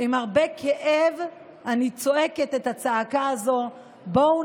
עם הרבה כאב אני צועקת את הצעקה הזאת: בואו